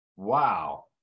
Wow